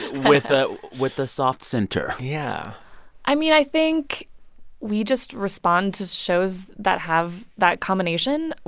with ah with a soft center? yeah i mean, i think we just respond to shows that have that combination.